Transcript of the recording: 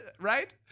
right